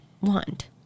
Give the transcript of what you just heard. want